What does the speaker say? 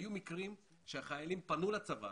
היו מקרים שהחיילים פנול צבא